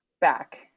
back